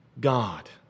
God